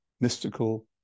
mystical